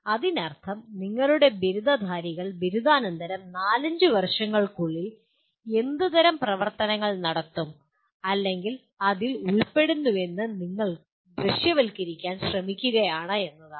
അതിനർത്ഥം നിങ്ങളുടെ ബിരുദധാരികൾ ബിരുദാനന്തരം നാലഞ്ച് വർഷങ്ങൾക്കുള്ളിൽ എന്തുതരം പ്രവർത്തനങ്ങൾ നടത്തും അല്ലെങ്കിൽ അതിൽ ഉൾപ്പെടുന്നുവെന്ന് നിങ്ങൾ ദൃശ്യവൽക്കരിക്കാൻ ശ്രമിക്കുകയാണെന്നാണ്